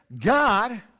God